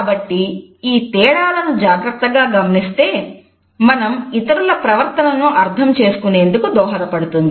కాబట్టి ఈ తేడాలను జాగ్రత్తగా గమనిస్తే మనం ఇతరుల ప్రవర్తనను అర్థం చేసుకునేందుకు దోహదపడుతుంది